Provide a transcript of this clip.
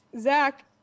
Zach